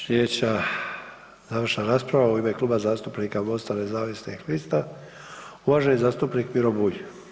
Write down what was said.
Sljedeća završna rasprava u ime Kluba zastupnika Mosta nezavisnih lista uvaženi zastupnik Miro Bulj.